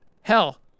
Hell